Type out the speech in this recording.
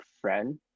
friend